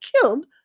killed